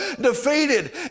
defeated